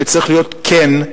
שצריך להיות כן,